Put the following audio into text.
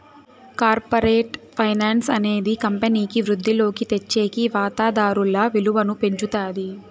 corporate finance అనేది కంపెనీకి వృద్ధిలోకి తెచ్చేకి వాతాదారుల విలువను పెంచుతాది